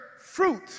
fruit